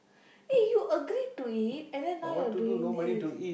eh you agreed to it and then now you're doing this